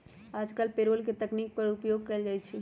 याजकाल पेरोल के तकनीक पर उपयोग कएल जाइ छइ